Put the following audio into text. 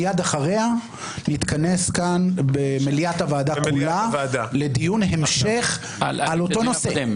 מיד אחריה נתכנס כאן במליאת הוועדה כולה לדיון המשך על אותו נושא,